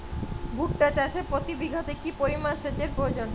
ভুট্টা চাষে প্রতি বিঘাতে কি পরিমান সেচের প্রয়োজন?